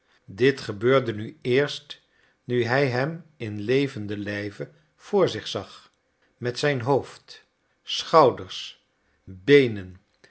dit gebeurde nu eerst nu hij hem in levenden lijve voor zich zag met zijn hoofd schouders beenen